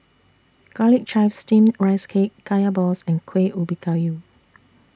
Garlic Chives Steamed Rice Cake Kaya Balls and Kueh Ubi Kayu